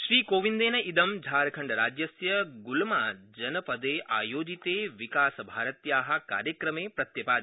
श्रीकोविन्देन इदं झारखण्डराज्यस्य गुमलाजनपदे आयोजिते विकासभारत्या कार्यक्रमे प्रत्यपादि